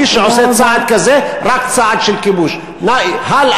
מי שעושה צעד, תודה רבה.